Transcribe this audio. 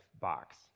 box